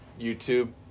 YouTube